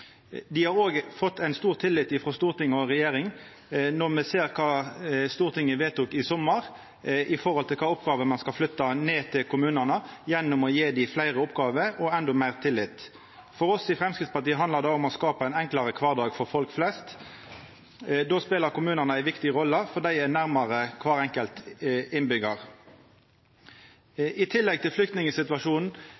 Dei har òg fått ein stor tillit frå Stortinget og regjeringa når me ser kva Stortinget vedtok i sommar når det gjeld kva for oppgåver ein skal flytta ned til kommunane, gjennom å gje dei fleire oppgåver og endå meir tillit. For oss i Framstegspartiet handlar det om å skapa ein enklare kvardag for folk flest, og då spelar kommunane ei viktig rolle, for dei er nærmare kvar enkelt